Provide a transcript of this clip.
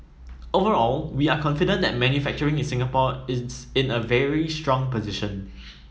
overall we are confident that manufacturing in Singapore is in a very strong position